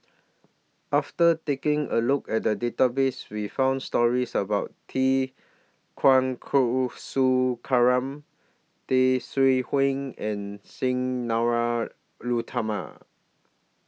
after taking A Look At The Database We found stories about T Kulasekaram Tay Seow Huah and Sang Lara Utama